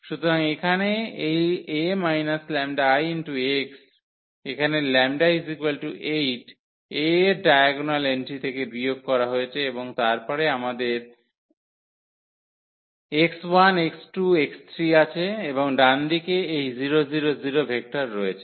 সুতরাং এখানে এই A 𝜆𝐼x এখানে λ 8 A এর ডায়াগোনাল এন্ট্রি থেকে বিয়োগ করা হয়েছে এবং তারপরে আমাদের আছে এবং ডানদিকে এই ভেক্টর রয়েছে